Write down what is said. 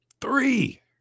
Three